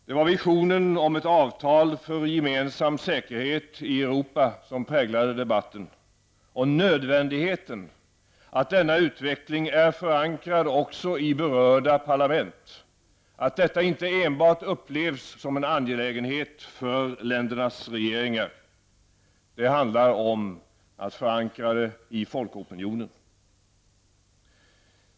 Det var visionen om ett avtal för gemensam säkerhet i Europa som har präglade debatten och nödvändigheten att denna utveckling är förankrad också i berörda parlament. Detta skall inte enbart upplevas som en angelägenhet för ländernas regeringar. Det handlar om att förankra det i folkopinionen.